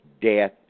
Death